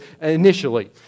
initially